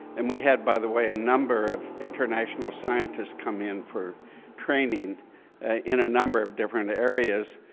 and we had, by the way, a number of international scientists come in for training in a number of different areas,